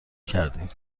کردیم